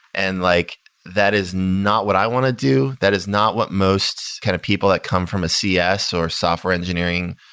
and like that is not what i want to do. that is not what most kind of people that come from a cs, or software engineering,